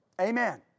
Amen